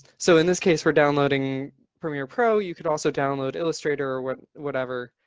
so in this case we're downloading premiere pro. you could also download illustrator, or what whatever.